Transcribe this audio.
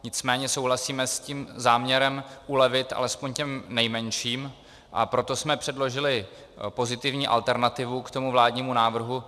Nicméně souhlasíme s tím záměrem ulevit alespoň těm nejmenším, a proto jsme předložili pozitivní alternativu k tomu vládnímu návrhu.